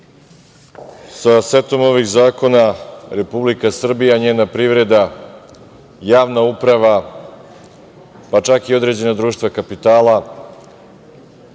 sa setom ovih zakona Republika Srbija, njena privreda, javna uprava, pa čak i određena društva kapitala